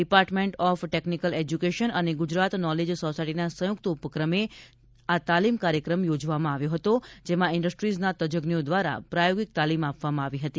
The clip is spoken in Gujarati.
ડિપાર્ટમેન્ટ ઓફ ટેકનીકલ એજ્યુકેશન અને ગુજરાત નોલેજ સોસાયટીના સંયુક્ત ઉપક્રમે તાલીમ કાર્યક્રમમાં યોજાયો હતો જેમાં ઇન્ડસ્ટ્રીઝના તજજો દ્વારા પ્રાયોગિક તાલીમ આપવામાં આવી હતી